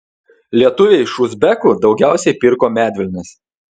lietuviai iš uzbekų daugiausiai pirko medvilnės